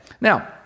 Now